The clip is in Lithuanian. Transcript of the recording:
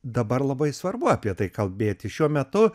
dabar labai svarbu apie tai kalbėti šiuo metu